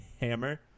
hammer